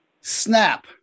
Snap